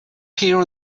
here